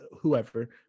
whoever